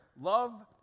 love